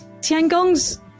tiangong's